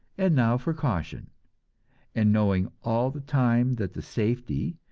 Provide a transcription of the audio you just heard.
and now for caution and knowing all the time that the safety,